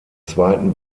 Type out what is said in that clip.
zweiten